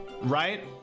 right